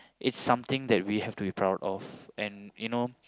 it's something that we have to be proud of and you know